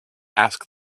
ask